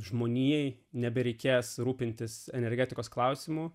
žmonijai nebereikės rūpintis energetikos klausimu